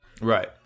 Right